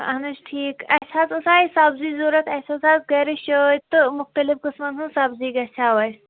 اہن حظ ٹھیٖک اَسہِ حظ آے سبزی ضوٚرَتھ اَسہِ ٲس آز گرِ شٲدۍ تہٕ مُختلِف قٕسمَن ہٕنٛز سبزی گژھِ ہاو اَسہِ